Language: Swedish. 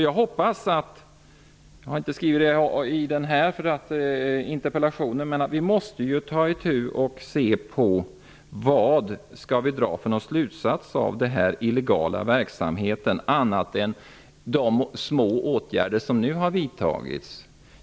Jag har inte i den här interpellationen frågat vad vi nu skall dra för slutsats av den här illegala verksamheten, förutom de små åtgärder som nu har vidtagits.